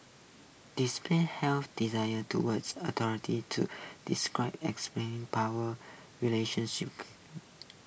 display healthy designer towards authority to describle power relations